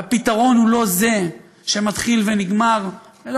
והפתרון הוא לא זה שמתחיל ונגמר באלימות,